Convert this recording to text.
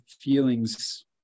feelings